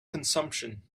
consumption